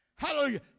Hallelujah